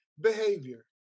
behavior